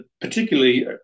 particularly